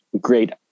great